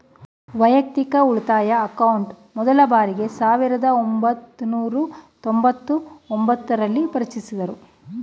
ವೈಯಕ್ತಿಕ ಉಳಿತಾಯ ಅಕೌಂಟ್ ಮೊದ್ಲ ಬಾರಿಗೆ ಸಾವಿರದ ಒಂಬೈನೂರ ತೊಂಬತ್ತು ಒಂಬತ್ತು ರಲ್ಲಿ ಪರಿಚಯಿಸಿದ್ದ್ರು